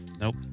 Nope